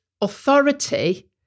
authority